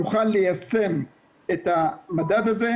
נוכל ליישם את המדד הזה.